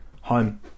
home